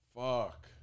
Fuck